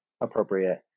appropriate